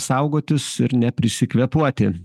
saugotis ir neprisikvėpuoti